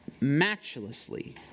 matchlessly